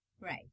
Right